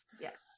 yes